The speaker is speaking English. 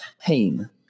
pain